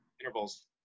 Intervals